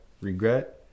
regret